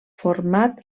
format